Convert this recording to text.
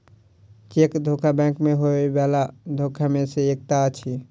cheque धोखा bank मे होयबला धोखा मे सॅ एकटा अछि